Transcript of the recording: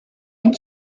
did